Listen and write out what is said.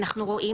אנחנו רואים,